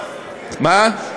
מה?